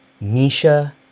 Misha